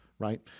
Right